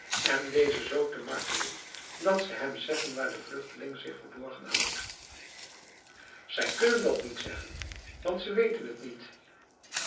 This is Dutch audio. en dezen z te martelen dat ze hem zeggen waar de vluchteling zich verborgen houdt zij kunnen dat niet zeggen want ze weten het niet